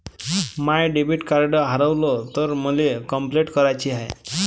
माय debit card हारवल तर मले कंपलेंट कराची हाय